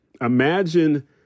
Imagine